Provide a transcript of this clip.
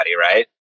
right